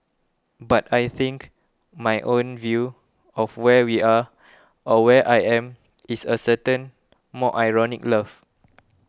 but I think my own view of where we are or where I am is a certain more ironic love